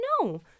no